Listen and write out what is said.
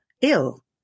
ill